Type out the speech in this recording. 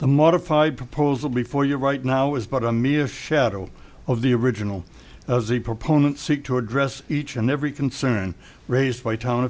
the modified proposal before you right now is about a media shadow of the original as the proponents seek to address each and every concern raised by town